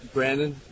Brandon